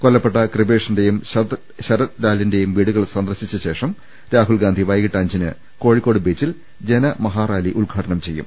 കൊല്ലപ്പെട്ട കൃപേഷിന്റെയും ശരത്ലാലിന്റെയും വീടു കൾ സന്ദർശിച്ചശേഷം രാഹുൽഗാന്ധി വൈകിട്ട് അഞ്ചിന് കോഴിക്കോട് ബീച്ചിൽ ജനമഹാറാലി ഉദ്ഘാടനം ചെയ്യും